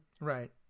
Right